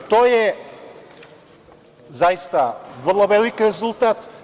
To je, zaista, vrlo velik rezultat.